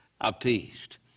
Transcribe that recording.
appeased